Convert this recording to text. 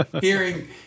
hearing